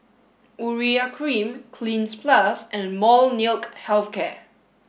Urea Cream Cleanz plus and Molnylcke health care